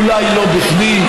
אולי לא בכדי.